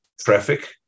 traffic